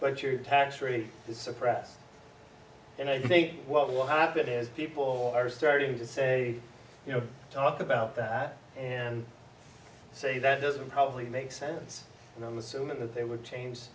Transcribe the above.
but your tax rate is suppressed and i think what will happen is people are starting to say you know talk about that and say that doesn't probably make sense and i'm assuming that they were change